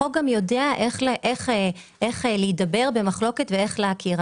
החוק גם יודע איך להידבר במחלוקת ואיך להכיר.